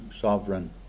sovereign